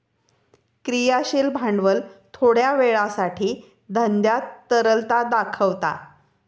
क्रियाशील भांडवल थोड्या वेळासाठी धंद्यात तरलता दाखवता